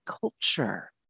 culture